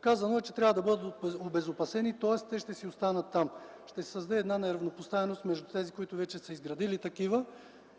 Казано е, че трябва да бъдат обезопасени, т.е. ще си останат там. Ще се създаде неравнопоставеност между тези, които вече са изградили такива,